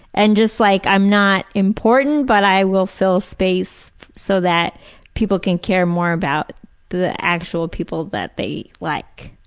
and just like i'm not important, but i will fill space so that people can care more about the actual people that they like.